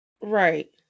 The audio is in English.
Right